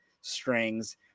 strings